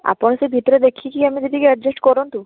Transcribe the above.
ଆପଣ ସେ ଭିତରେ ଦେଖିକି କେମିତି ଟିକିଏ ଆଡ଼ଜେଷ୍ଟ କରନ୍ତୁ